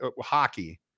hockey